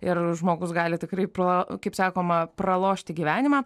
ir žmogus gali tikrai pro kaip sakoma pralošti gyvenimą